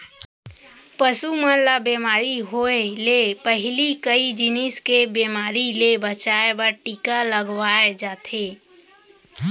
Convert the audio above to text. पसु मन ल बेमारी होय ले पहिली कई जिनिस के बेमारी ले बचाए बर टीका लगवाए जाथे